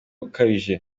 ukabije